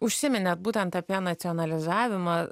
užsiminėt būtent apie nacionalizavimą